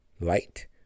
light